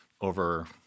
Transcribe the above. over